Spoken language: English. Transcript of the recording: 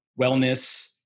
wellness